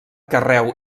carreu